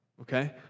Okay